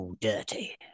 Dirty